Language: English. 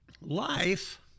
life